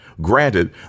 Granted